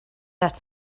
that